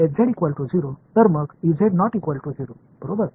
तर मग बरोबर